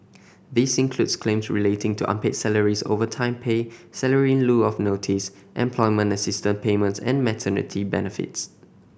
this includes claims relating to unpaid salaries overtime pay salary in lieu of notice employment assistance payments and maternity benefits